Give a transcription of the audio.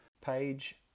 page